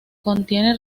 contiene